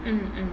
mm mm